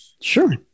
Sure